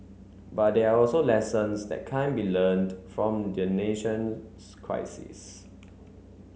but there are also lessons that can be learnt from the nation's crisis